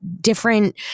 different